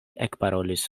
ekparolis